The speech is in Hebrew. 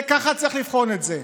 כך יש לבחון את זה.